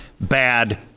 bad